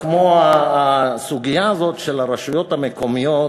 כמו הסוגיה הזאת של הרשויות המקומיות